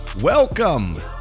Welcome